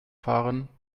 fahren